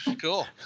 Cool